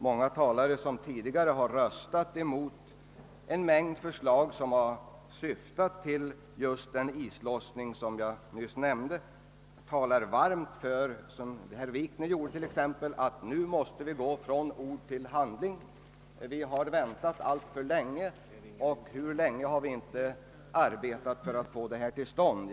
Många talare, som tidigare har röstat emot en mängd förslag vilka har tytt just på den islossning som jag nyss nämnde talar varmt — något som herr Wikner gjorde t.ex. — för att nu måste vi gå från ord till handling. Vi har väntat alltför länge, hur länge har vi inte arbetat för att få till stånd detta, säger man.